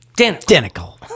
identical